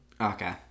Okay